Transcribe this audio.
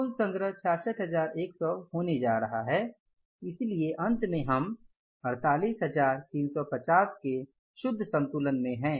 कुल संग्रह 66100 होने जा रहा है इसलिए अंत में हम 48350 के शुद्ध संतुलन में हैं